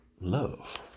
love